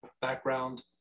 background